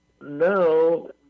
no